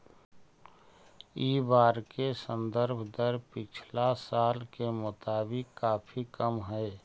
इ बार के संदर्भ दर पिछला साल के मुताबिक काफी कम हई